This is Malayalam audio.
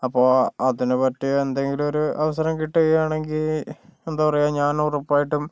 അപ്പൊൾ അതിനുപറ്റിയ എന്തെങ്കിലും ഒരു അവസരം കിട്ടുകയാണെങ്കിൽ എന്താ പറയുക ഞാൻ ഉറപ്പായിട്ടും